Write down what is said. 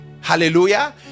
Hallelujah